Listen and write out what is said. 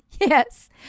Yes